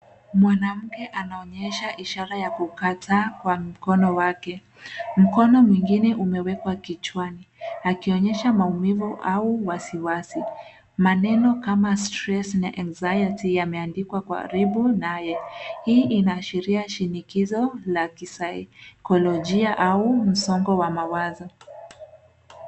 Mwanamke anaonyesha ishara yakukataa kwa mkono wake. Mkono mwingine umewekwa kichawani. Akionyesha maumive au wasiwasi. Maneno kama stress na anxiety yameandikwa karibu naye. Hii inaashiria shinikizo la kisaikologia au msongo wa mawazo.